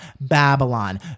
Babylon